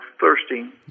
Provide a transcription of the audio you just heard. thirsting